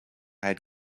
had